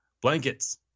blankets